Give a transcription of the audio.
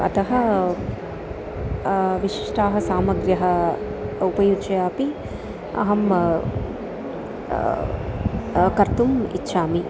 अतः विशिष्टाः सामग्र्यः उपयुज्य अपि अहं कर्तुम् इच्छामि